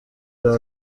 بره